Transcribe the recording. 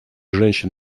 женщин